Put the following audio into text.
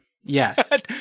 Yes